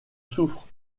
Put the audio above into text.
souffre